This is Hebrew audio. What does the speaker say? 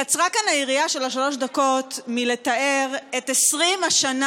קצרה כאן היריעה של השלוש דקות מלתאר את 20 השנה